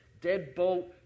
deadbolt